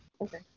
Okay